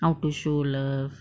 how to show love